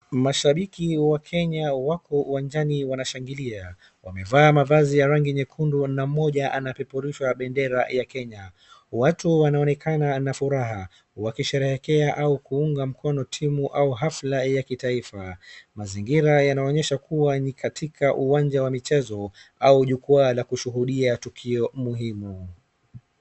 Mashabiki wa Kenya wako uwanjani wanashangilia. Wamevaa mavazi ya rangi nyekundu na mmoja anapeperusha bendera ya Kenya. Watu wanonekana na furaha wakisheherekea au kuunga mkono timu au hafla ya kitaifa. Mazingira yanaonyesha kuwa ni katika uwanja wa mchezo au jukwaa la kushuhudia tokeo muhimu.